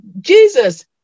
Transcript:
Jesus